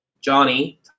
Johnny